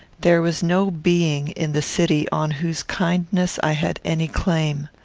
there was no being in the city on whose kindness i had any claim.